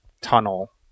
tunnel